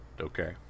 okay